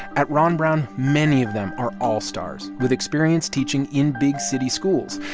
at ron brown, many of them are all-stars with experience teaching in big city schools.